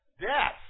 Death